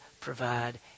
provide